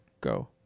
Go